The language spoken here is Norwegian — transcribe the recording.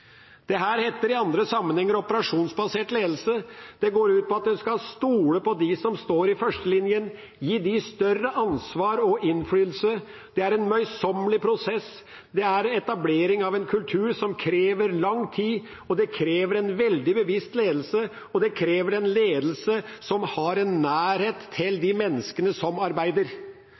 står i førstelinjen, gi dem større ansvar og innflytelse. Det er en møysommelig prosess. Det er etablering av en kultur som krever lang tid, det krever en veldig bevisst ledelse, og det krever en ledelse som har en nærhet til menneskene som arbeider.